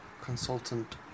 Consultant